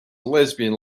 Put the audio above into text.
lesbian